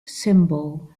symbol